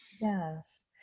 Yes